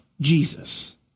Jesus